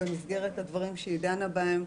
במסגרת הדברים שהיא דנה בהם,